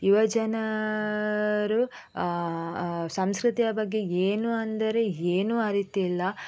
ಯುವಜನರು ಸಂಸ್ಕೃತಿಯ ಬಗ್ಗೆ ಏನು ಅಂದರೆ ಏನು ಅರಿತಿಲ್ಲ